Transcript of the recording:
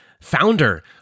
founder